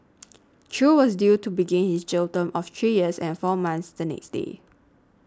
Chew was due to begin his jail term of three years and four months the next day